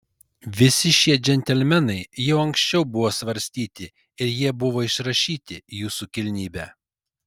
visi šie džentelmenai jau anksčiau buvo svarstyti ir jie buvo išrašyti jūsų kilnybe